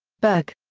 berg.